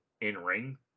in-ring